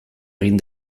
egin